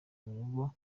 urugo